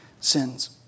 sins